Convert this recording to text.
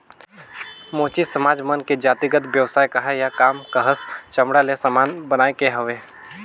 मोची समाज मन के जातिगत बेवसाय काहय या काम काहस चमड़ा ले समान बनाए के हवे